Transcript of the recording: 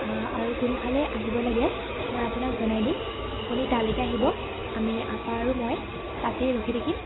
আৰু কোনফালে আহিব লাগে মই আপোনাক জনাই দিম আপুনি তালৈকে আহিব আমি আপা আৰু মই তাতে ৰখি থাকিম